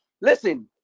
Listen